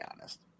honest